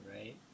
right